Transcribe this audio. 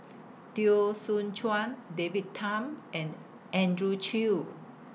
Teo Soon Chuan David Tham and Andrew Chew